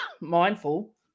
mindful